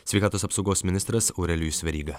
sveikatos apsaugos ministras aurelijus veryga